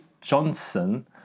Johnson